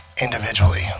individually